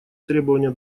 требования